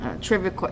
Trivia